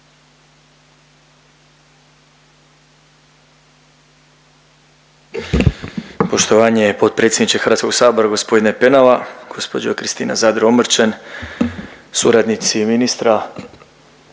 Poštovanje potpredsjedniče Hrvatskog sabora, gospodine Penava, gospođo Kristina Zadro-Omrčen, suradnici ministra,